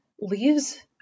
leaves